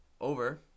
over